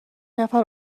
نفر